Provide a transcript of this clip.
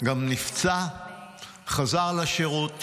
גם נפצע וחזר לשירות,